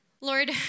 Lord